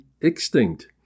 extinct